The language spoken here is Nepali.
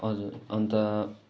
हजुर अन्त